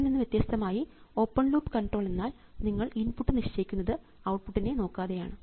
അതിൽനിന്ന് വ്യത്യസ്തമായി ആയി ഓപ്പൺ ലൂപ്പ് കണ്ട്രോൾ എന്നാൽ നിങ്ങൾ ഇൻപുട്ട് നിശ്ചയിക്കുന്നത് ഔട്ട്പുട്ട് നെ നോക്കാതെയാണ്